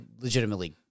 legitimately